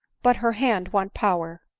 but her hand want power.